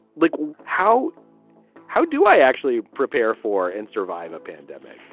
like how how do i actually prepare for and survive a pandemic?